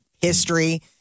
history